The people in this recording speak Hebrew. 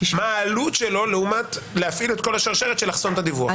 מה העלות שלו לעומת להפעיל את כל השרשרת של לחסום את הדיווח?